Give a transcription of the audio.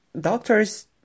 doctors